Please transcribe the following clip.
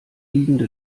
liegende